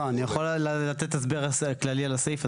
אני יכול לתת הסבר כללי על הסעיף.